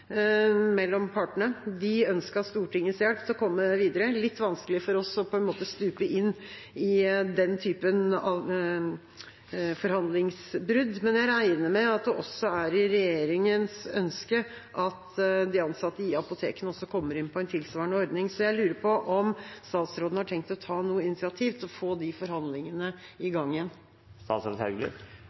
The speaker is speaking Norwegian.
mellom partene. De ønsket Stortingets hjelp til å komme videre. Det er litt vanskelig for oss på en måte å stupe inn i den typen forhandlingsbrudd, men jeg regner med at det også er i regjeringens ønske at de ansatte i apotekene også kommer inn på en tilsvarende ordning. Så jeg lurer på om statsråden har tenkt å ta noe initiativ til å få de forhandlingene i gang igjen?